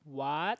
what